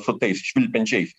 su tais švilpiančiais